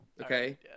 okay